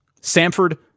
Samford